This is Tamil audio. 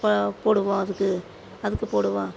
ப போடுவோம் அதுக்கு அதுக்கு போடுவோம்